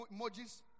emojis